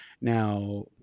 Now